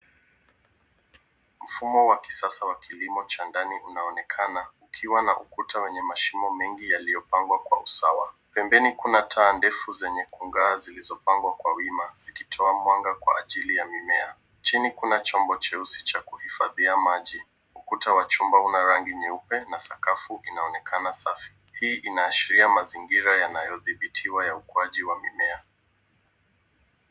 Mfumo wa kisasa wa kilimo cha ndani unaonekana ukiwa na ukuta wenye mashimo mengi yaliopagwa kwa usawa pembeni kuna taa defu zenye kugaa zilizopagwa kwa wima zikitoa mwaga kwa ajili ya mimea chini kuna chombo cheusi cha kuhifadhia maji. Ukuta wa chumba kinarangi nyeupe na sakafu inaonekana safi. Hii inaashiria mazigira yanayodhibitiwa ya ukuwaji wa mimea.